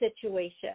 situation